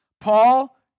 Paul